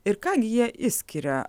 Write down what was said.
ir ką gi jie išskiria